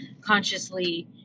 consciously